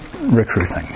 recruiting